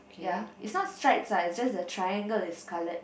ya it's not stripes lah it's just that the triangle is coloured